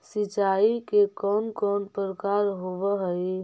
सिंचाई के कौन कौन प्रकार होव हइ?